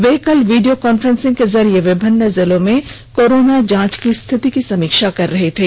वे कल video conferencing के जरिए विभिन्न जिलों में कोरोना जांच की स्थिति की समीक्षा कर रहे थे